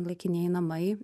laikinieji namai